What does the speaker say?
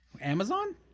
amazon